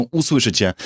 usłyszycie